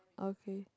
okay